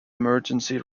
emergency